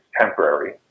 temporary